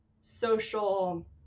social